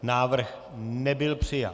Návrh nebyl přijat.